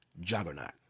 juggernaut